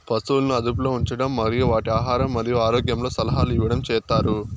పసువులను అదుపులో ఉంచడం మరియు వాటి ఆహారం మరియు ఆరోగ్యంలో సలహాలు ఇవ్వడం చేత్తారు